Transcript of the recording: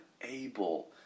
able